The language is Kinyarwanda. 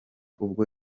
ubwo